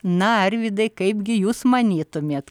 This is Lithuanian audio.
na arvydai kaipgi jūs manytumėte